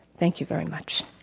thank you very much.